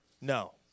no